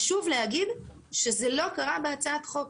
חשוב להגיד שזה לא קרה בהצעת החוק.